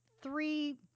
three